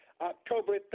October